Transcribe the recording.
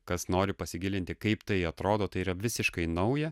kas nori pasigilinti kaip tai atrodo tai yra visiškai nauja